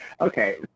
okay